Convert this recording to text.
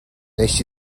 wnes